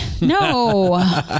No